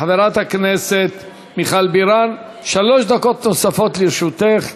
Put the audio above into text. חברת הכנסת מיכל בירן, שלוש דקות נוספות לרשותך.